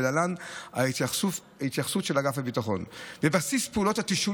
ולהלן ההתייחסות של אגף הביטחון: בבסיס פעולות התשאול